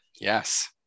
Yes